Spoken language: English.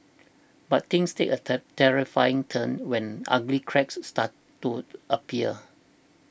but things a take terrifying turn when ugly cracks started to appear